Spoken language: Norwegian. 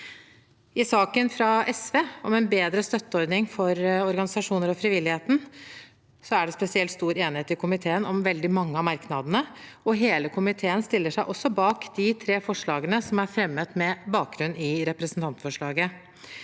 I saken fra SV, om en bedre støtteordning for organisasjoner og frivilligheten, er det spesielt stor enighet i komiteen om veldig mange av merknadene, og hele komiteen stiller seg også bak de tre forslagene som er fremmet med bakgrunn i representantforslaget.